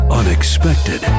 unexpected